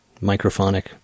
microphonic